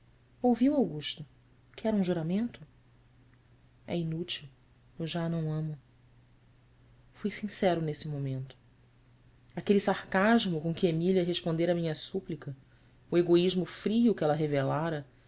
ouviu augusto quer um juramento é inútil eu já a não amo fui sincero nesse momento aquele sarcasmo com que emília respondera à minha súplica o egoísmo frio que ela revelara